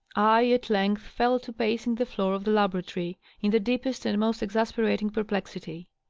i at length fell to pacing the floor of the laboratory, in the deepest and most exasperating perplexity.